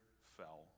fell